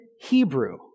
hebrew